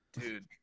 Dude